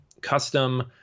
custom